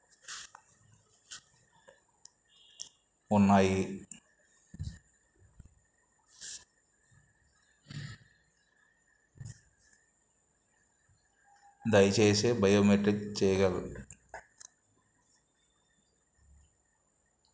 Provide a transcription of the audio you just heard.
ఉన్నాయి దయచేసి బయోమెట్రిక్ చేయగలరా